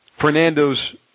Fernando's